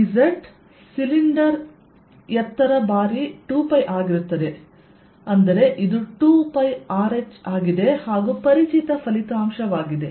dz cylinder ಎತ್ತರ ಬಾರಿ 2π ಆಗಿರುತ್ತದೆ ಇದು 2πRh ಆಗಿದೆ ಪರಿಚಿತ ಫಲಿತಾಂಶವಾಗಿದೆ